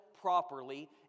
properly